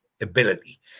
ability